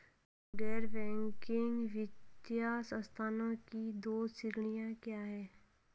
गैर बैंकिंग वित्तीय संस्थानों की दो श्रेणियाँ क्या हैं?